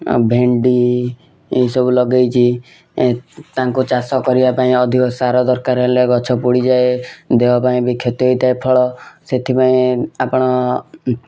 ଆଉ ଭେଣ୍ଡି ଏଇ ସବୁ ଲଗାଇଛି ତାଙ୍କୁ ଚାଷ କରିବା ପାଇଁ ଅଧିକ ସାର ଦରକାର ହେଲା ଗଛ ପୋଡ଼ିଯାଏ ଦେହ ପାଇଁ ବି କ୍ଷତି ହେଇଥାଏ ଫଳ ସେଥିପାଇଁ ଆପଣ